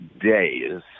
days